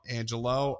Angelo